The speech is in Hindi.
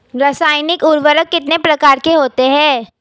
रासायनिक उर्वरक कितने प्रकार के होते हैं?